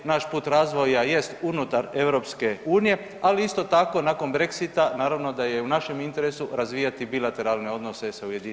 Naš put razvoja jest unutar EU, ali isto tako nakon Brexita naravno da je i našem interesu razvijati bilateralne odnose sa UK.